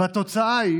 והתוצאה היא